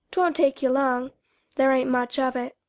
twon't take you long there ain't much of it.